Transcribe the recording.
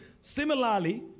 Similarly